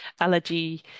allergy